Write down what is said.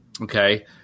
Okay